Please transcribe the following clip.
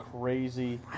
crazy